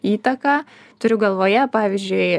įtaką turiu galvoje pavyzdžiui